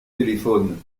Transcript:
téléphone